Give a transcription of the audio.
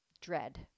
dread